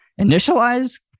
initialize